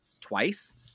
twice